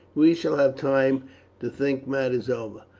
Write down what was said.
we shall have time to think matters over.